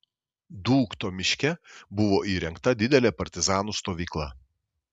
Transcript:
dūkto miške buvo įrengta didelė partizanų stovykla